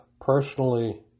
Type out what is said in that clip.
personally